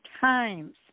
times